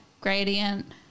gradient